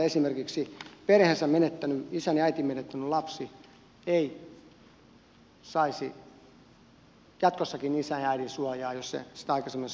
esimerkiksi perheensä menettänyt isän ja äidin menettänyt lapsi saisi jatkossa isän ja äidin suojaa jos sitä aikaisemmin ei ole saanut